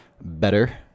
better